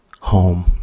home